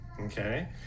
Okay